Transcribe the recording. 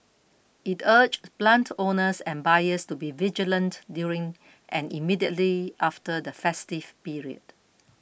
it urged plant owners and buyers to be vigilant during and immediately after the festive period